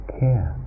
care